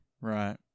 right